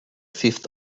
fifth